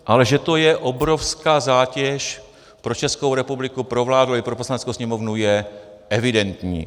Ale že to je obrovská zátěž pro Českou republiku, pro vládu i pro Poslaneckou sněmovnu, je evidentní.